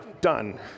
done